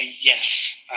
Yes